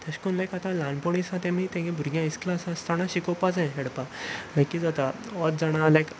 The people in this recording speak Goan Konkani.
तशें करून लायक आतां ल्हानपणा सावन आसा तांणी तांच्या भुरग्यांं इस्कुला आसताना शिकपा जाय खेळपा लायक किदें जाता अर्द जाणां लायक